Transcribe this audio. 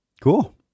Cool